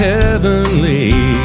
heavenly